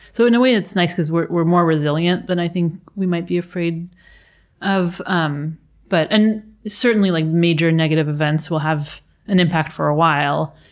so in a way it's nice cause we're we're more resilient than i think we might be afraid of. um but and certainly, like major negative events will have an impact for a while.